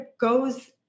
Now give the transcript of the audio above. goes